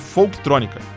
Folktrônica